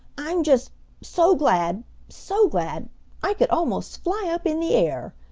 i'm just so glad so glad i could almost fly up in the air!